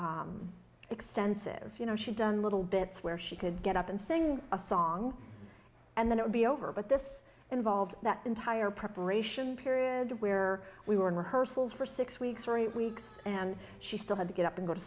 that extensive you know she'd done little bits where she could get up and sing a song and then it would be over but this involved that entire preparation period where we were in rehearsals for six weeks three weeks and she still had to get up and go to